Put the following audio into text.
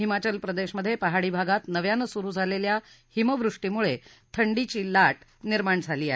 हिमाचल प्रदेशमध्ये पहाडी भागात नव्यानं सुरु झालेल्या हिमवृष्टीमुळे थंडीची लाट निर्माण झाली आहे